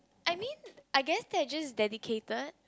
I mean I guess they are just dedicated